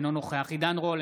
אינו נוכח עידן רול,